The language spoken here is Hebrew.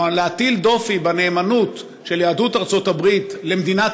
להטיל דופי בנאמנות של יהדות ארצות הברית למדינת